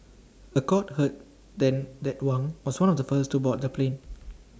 A court heard then that Wang was one of the first to board the plane